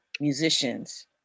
musicians